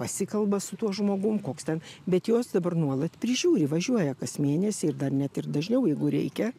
pasikalba su tuo žmogum koks ten bet juos dabar nuolat prižiūri važiuoja kas mėnesį ir dar net ir dažniau jeigu reikia